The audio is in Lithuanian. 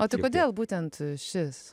o tai kodėl būtent šis